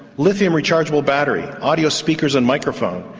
lithium rechargeable battery, audio speakers and microphone,